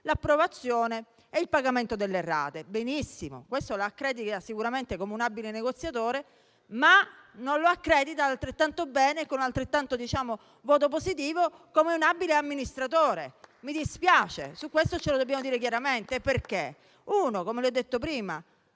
l'approvazione e il pagamento delle rate. Benissimo, questo lo accredita sicuramente come un abile negoziatore, ma non lo accredita altrettanto bene come un abile amministratore. Mi dispiace, ma questo lo dobbiamo dire chiaramente. Lo dico perché,